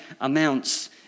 amounts